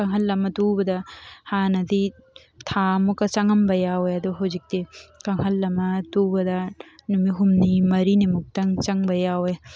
ꯀꯥꯡꯈꯜ ꯑꯃ ꯇꯨꯕꯗ ꯍꯥꯟꯅꯗꯤ ꯊꯥ ꯃꯨꯛꯀ ꯆꯪꯉꯝꯕ ꯌꯥꯎꯋꯦ ꯑꯗꯣ ꯍꯧꯖꯤꯛꯇꯤ ꯀꯥꯡꯈꯜ ꯑꯃ ꯇꯨꯕꯗ ꯅꯨꯃꯤꯠ ꯍꯨꯝꯅꯤ ꯃꯔꯤꯅꯤꯃꯨꯛꯇꯪ ꯆꯪꯕ ꯌꯥꯎꯋꯦ